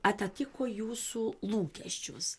atatiko jūsų lūkesčius